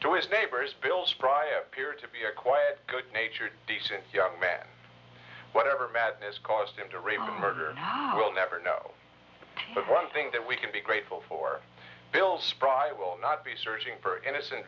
his neighbors bill's pry appeared to be a quiet good natured decent young man whatever madness caused him to reign murder we'll never know but one thing that we can be grateful for bill spry will not be searching for innocent